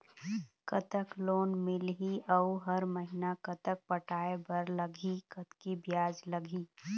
कतक लोन मिलही अऊ हर महीना कतक पटाए बर लगही, कतकी ब्याज लगही?